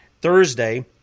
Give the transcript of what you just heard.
Thursday